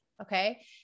Okay